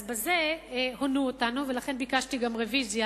אז בזה הונו אותנו, ולכן ביקשתי גם רוויזיה